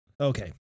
Okay